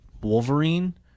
Wolverine